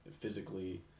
physically